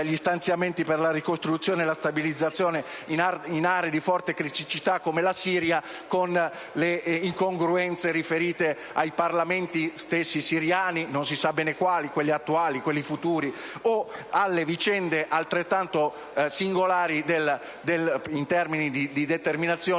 gli stanziamenti per la ricostruzione e la stabilizzazione in aree di forte criticità come la Siria, con le incongruenze riferite allo stesso Parlamento siriano, (non si sa bene quale se l'attuale e il futuro), o alle vicende altrettanto singolari, in termini di determinazioni,